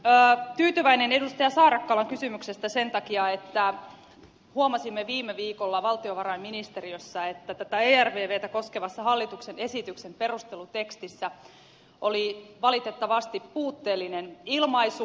olen tyytyväinen edustaja saarakkalan kysymyksestä sen takia että huomasimme viime viikolla valtiovarainministeriössä että tätä ervvtä koskevassa hallituksen esityksen perustelutekstissä oli valitettavasti puutteellinen ilmaisu